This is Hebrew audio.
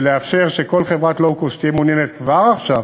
לאפשר שכל חברת Low Cost שתהיה מעוניינת כבר עכשיו